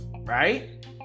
right